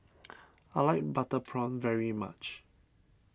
I like Butter Prawn very much